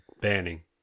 banning